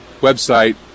website